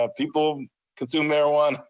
ah people consume marijuana.